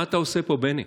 מה אתה עושה פה, בני?